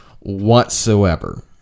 Whatsoever